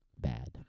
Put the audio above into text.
bad